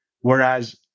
Whereas